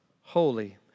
holy